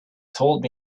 told